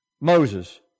Moses